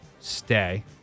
Stay